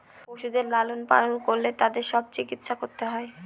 পশুদের লালন পালন করলে তাদের সব চিকিৎসা করতে হয়